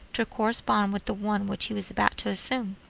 to correspond with the one which he was about to assume.